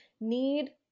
need